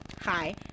Hi